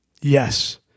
Yes